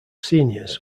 seniors